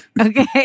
Okay